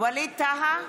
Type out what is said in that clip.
ווליד טאהא,